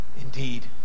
Indeed